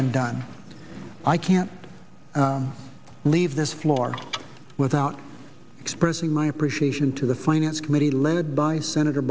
been done i can't leave this floor without expressing my appreciation to the finance committee led by senator